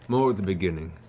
more at the beginning.